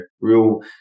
real